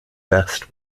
best